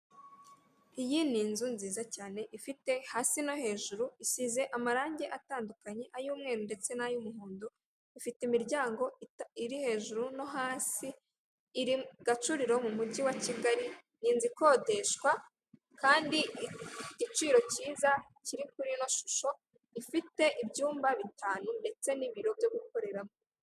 iyi ni inzu nziza cyane ifite hasi no hejuru isize amarangi atandukanye ay'umweru ndetse n'ay'umuhondo ifite imiryango iri hejuru no hasi, iri gacuriro mu mujyi wa kigali ni inzu ikodeshwa kandi igiciro cyiza kiri kuri ino shusho, ifite ibyumba bitanu ndetse n'ibiro byo gukoreramo.